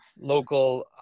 local